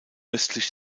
östlich